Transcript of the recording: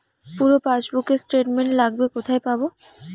পুরো পাসবুকের স্টেটমেন্ট লাগবে কোথায় পাব?